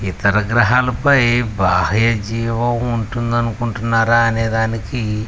ఇతర గ్రహాలపై బాహ్య జీవం ఉంటుంది అనుకుంటున్నారా అనేదానికి